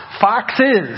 foxes